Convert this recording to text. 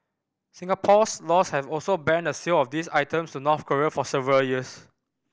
Singapore's laws have also banned the sale of these items to North Korea for several years